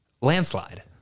landslide